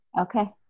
Okay